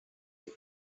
time